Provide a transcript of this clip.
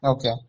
Okay